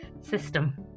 system